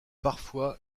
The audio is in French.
parfois